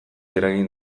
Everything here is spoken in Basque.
eragin